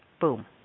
Boom